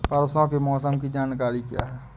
परसों के मौसम की जानकारी क्या है?